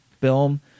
film